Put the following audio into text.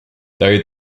though